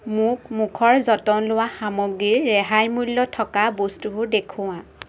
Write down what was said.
মোক মুখৰ যতন লোৱা সামগ্ৰীৰ ৰেহাই মূল্য থকা বস্তুবোৰ দেখুওৱা